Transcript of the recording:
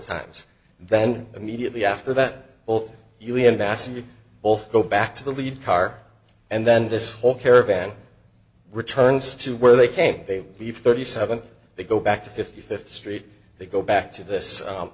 times then immediately after that both you and bassam you both go back to the lead car and then this whole caravan returns to where they came they leave thirty seven they go back to fifty fifth street they go back to this